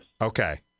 okay